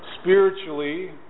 Spiritually